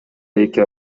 эки